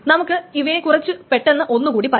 നമുക്ക് ഇവയെ കുറിച്ചു പെട്ടെന്ന് ഒന്നുകൂടി പറയാം